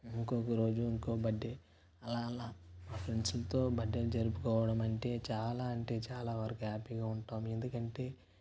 ఇంకొకరోజు ఇంకో బర్త్డే అలా అలా మా ఫ్రెండ్స్లతో బర్త్డేలు జరుపుకోవడం అంటే చాలా అంటే చాలా వరకు హ్యాపీగా ఉంటాం ఎందుకంటే